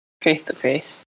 face-to-face